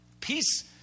Peace